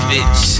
Bitch